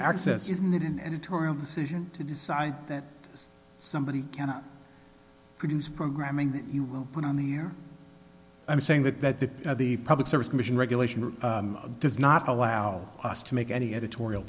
access isn't that an editorial decision to decide that somebody cannot produce programming that you will put on the air i'm saying that the public service commission regulation does not allow us to make any editorial